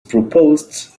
proposed